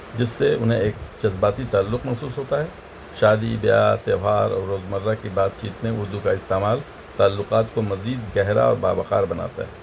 جس سے انہیں ایک جذباتی تعلق محسوس ہوتا ہے شادی بیاہ تیوہار اور روزمرہ کی بات چیت میں اردو کا استعمال تعلقات کو مزید گہرا اور باوقار بناتا ہے